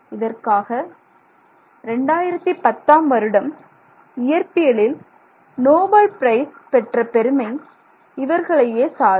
இதற்காக 2010 ஆம் வருடம் இயற்பியலில் நோபெல் பிரைஸ் பெற்ற பெருமை இவர்களையே சாரும்